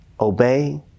Obey